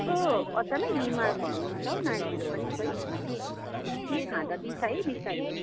कस्तो अचानाक बिमार हुन्छ हौ नानीहरू पनि खोइ के खाँदा बिसायो बिसायो